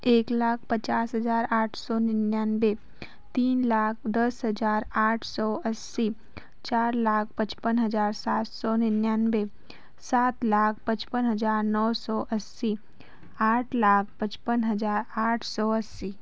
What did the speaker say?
एक लाख पचास हज़ार आठ सौ निन्यानवे तीन लाख दस हज़ार आठ सौ अस्सी चार लाख पचपन हज़ार सात सौ निन्यानवे सात लाख पचपन हज़ार नौ सौ अस्सी आठ लाख पचपन हज़ार आठ सौ अस्सी